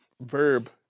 verb